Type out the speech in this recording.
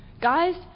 guys